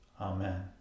Amen